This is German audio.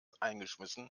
eingeschmissen